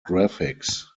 graphics